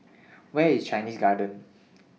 Where IS Chinese Garden